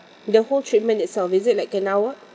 the whole treatment itself is it like an hour